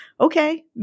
okay